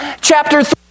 chapter